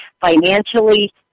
financially